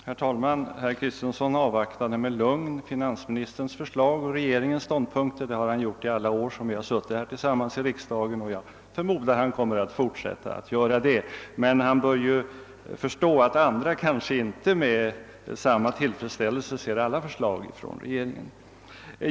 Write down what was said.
Herr talman! Herr Kristenson säger att han lugnt avvaktar regeringens ståndpunktstagande och finansministerns förslag. Det har han gjort under alla de år som vi har suttit tillsammans i riksdagen, och jag förmodar att han kommer att fortsätta att göra det. Men han bör förstå att andra inte med samma tillfredsställelse ser alla förslag från regeringen.